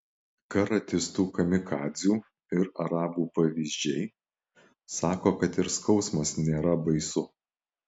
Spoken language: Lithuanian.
karatistų kamikadzių ir arabų pavyzdžiai sako kad ir skausmas nėra baisu